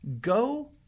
go